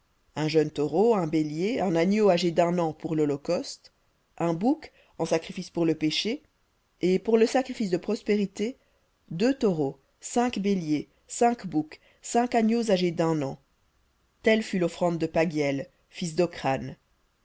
un jeune taureau un bélier un agneau âgé d'un an pour lholocauste un bouc en sacrifice pour le péché et pour le sacrifice de prospérités deux taureaux cinq béliers cinq boucs cinq agneaux âgés d'un an telle fut l'offrande de paghiel fils